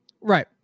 Right